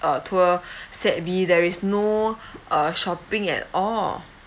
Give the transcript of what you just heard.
uh tour set B there is no uh shopping at all